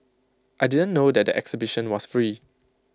I didn't know that the exhibition was free